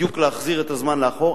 להחזיר את הזמן לאחור,